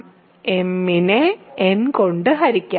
m നെ n കൊണ്ട് ഹരിക്കാം